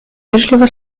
вежливо